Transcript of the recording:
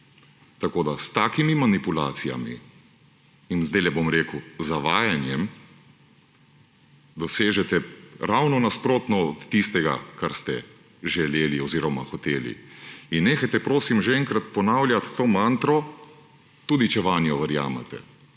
opreme. S takimi manipulacijami in, zdajle bom rekel, zavajanjem dosežete ravno nasprotno od tistega, kar ste želeli oziroma hoteli. In nehajte, prosim, že enkrat ponavljati to mantro, tudi če vanjo verjamete